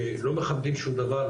שלא מכבדים שום דבר,